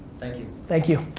thank you. thank you.